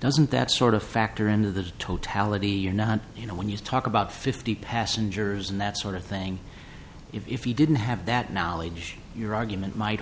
doesn't that sort of factor into the totality you're not you know when you talk about fifty passengers and that sort of thing if you didn't have that knowledge your argument might